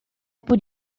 por